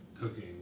cooking